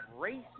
racist